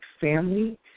family